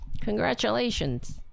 Congratulations